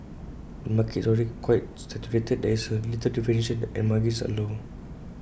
the market is also already quite saturated there is A little differentiation and margins are low